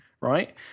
right